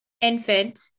infant